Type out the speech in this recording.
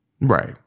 right